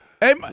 hey